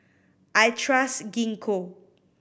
I trust Gingko